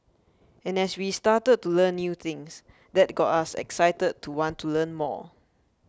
and as we started to learn new things that got us excited to want to learn more